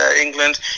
England